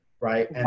right